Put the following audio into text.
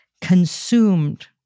consumed